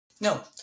No